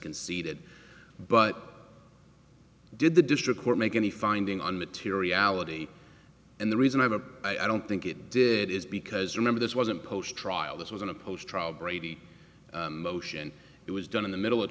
conceded but did the district court make any finding on materiality and the reason i don't i don't think it did is because remember this wasn't post trial this was in a post trial brady motion it was done in the middle of